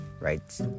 right